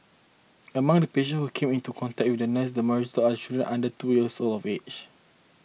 among the patients who came into contact with the nurse the majority are children under two years of age